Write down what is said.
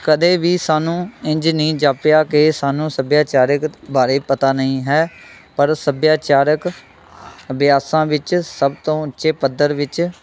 ਕਦੇ ਵੀ ਸਾਨੂੰ ਇੰਝ ਨੀ ਜਾਪਿਆ ਕਿ ਸਾਨੂੰ ਸੱਭਿਆਚਾਰਿਕ ਬਾਰੇ ਪਤਾ ਨਹੀਂ ਹੈ ਪਰ ਸੱਭਿਆਚਾਰਕ ਅਭਿਆਸਾਂ ਵਿੱਚ ਸਭ ਤੋਂ ਉੱਚੇ ਪੱਧਰ ਵਿੱਚ